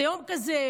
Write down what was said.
זה יום כזה,